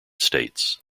states